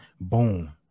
Boom